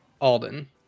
Alden